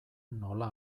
nola